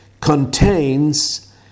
contains